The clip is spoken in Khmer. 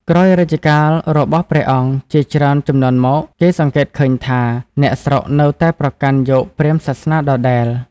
ក្រោយរជ្ជកាលរបស់ព្រះអង្គជាច្រើនជំនាន់មក គេសង្កេតឃើញថាអ្នកស្រុកនៅតែប្រកាន់យកព្រាហ្មណ៍សាសនាដដែល។